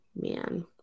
Man